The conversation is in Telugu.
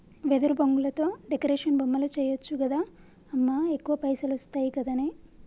వెదురు బొంగులతో డెకరేషన్ బొమ్మలు చేయచ్చు గదా అమ్మా ఎక్కువ పైసలొస్తయి గదనే